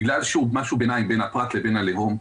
בגלל שהוא משהו ביניים בין הפרט לבין הלאום,